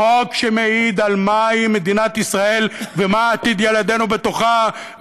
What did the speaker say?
חוק שמעיד על מהי מדינת ישראל ומה עתיד ילדינו בתוכה,